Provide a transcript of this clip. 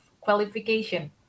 qualification